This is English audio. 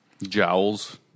jowls